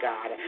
God